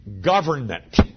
government